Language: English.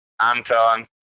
Anton